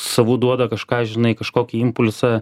savų duoda kažką žinai kažkokį impulsą